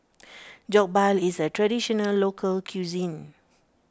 Jokbal is a Traditional Local Cuisine